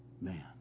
man